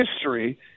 history